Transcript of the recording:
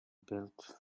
built